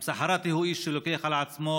המסחראתי הוא איש שלוקח על עצמו